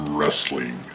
Wrestling